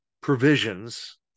provisions